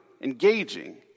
engaging